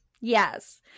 Yes